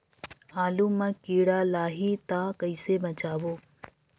आलू मां कीड़ा लाही ता कइसे बचाबो?